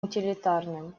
утилитарным